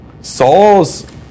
Saul's